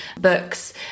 books